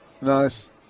Nice